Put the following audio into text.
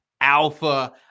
alpha